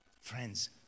Friends